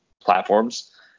platforms